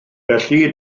felly